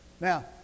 Now